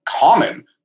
common